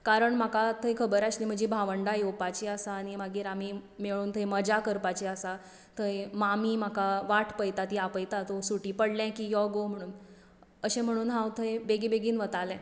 कारण म्हाका थंय खबर आशिल्लें म्हजी भावंडा येवपाचीं आसा आनी मागीर आमी मेळून थंय मजा करपाची आसा थंय मामी म्हाका वाट पळयता ती आपयता तूं सुटी पडलें की यो गो म्हणून अशें म्हणून हांव थंय बेगीबेगीन वतालें